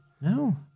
No